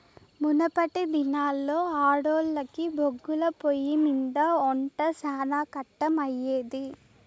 మునపటి దినాల్లో ఆడోల్లకి బొగ్గుల పొయ్యిమింద ఒంట శానా కట్టమయ్యేది